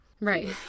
Right